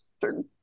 certain